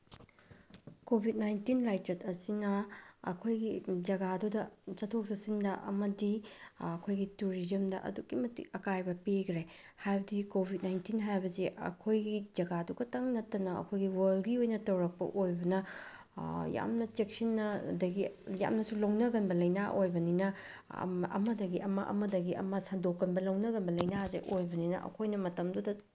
Covid nineteen ꯂꯥꯏꯆꯠ ꯑꯁꯤꯅ ꯑꯩꯈꯣꯏꯒꯤ ꯖꯒꯥ ꯑꯗꯨꯗ ꯆꯠꯊꯣꯛ ꯆꯠꯁꯤꯟꯗ ꯑꯃꯗꯤ ꯑꯩꯈꯣꯏꯒꯤ ꯇꯨꯔꯤꯖꯝꯗ ꯑꯗꯨꯛꯀꯤ ꯃꯇꯤꯛ ꯑꯀꯥꯏꯕ ꯄꯤꯈꯔꯦ ꯍꯥꯏꯕꯗꯤ ꯀꯣꯚꯤꯠ ꯅꯥꯏꯟꯇꯤꯟ ꯍꯥꯏꯕꯁꯤ ꯑꯩꯈꯣꯏꯒꯤ ꯖꯒꯥꯗꯨꯈꯛꯇꯪ ꯅꯠꯇꯅ ꯑꯩꯈꯣꯏꯒꯤ ꯋꯔꯜꯒꯤ ꯑꯣꯏꯅ ꯇꯧꯔꯛꯄ ꯑꯣꯏꯕꯅ ꯌꯥꯝꯅ ꯆꯦꯛꯁꯤꯟꯅ ꯑꯗꯒꯤ ꯌꯥꯝꯅꯁꯨ ꯂꯧꯅꯒꯟꯕ ꯂꯩꯅꯥ ꯑꯣꯏꯕꯅꯤꯅ ꯑꯃꯗꯒꯤ ꯑꯃ ꯑꯃꯗꯒꯤ ꯑꯃ ꯁꯟꯗꯣꯛꯀꯟꯕ ꯂꯧꯅꯒꯟꯕ ꯂꯩꯅꯥꯁꯦ ꯑꯣꯏꯕꯅꯤꯅ ꯑꯩꯈꯣꯏꯅ ꯃꯇꯝꯗꯨꯗ